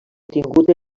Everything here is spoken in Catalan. obtingut